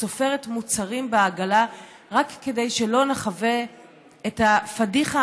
וסופרת מוצרים בעגלה רק כדי שלא נחווה את הפדיחה